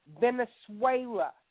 Venezuela